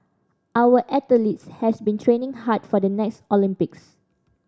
our athletes has been training hard for the next Olympics